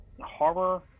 horror